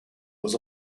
was